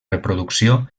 reproducció